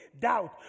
doubt